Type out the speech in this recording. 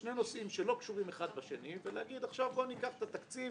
שני נושאים שאינם קשורים אחד לשני ולומר בואו ניקח את התקציב